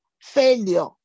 Failure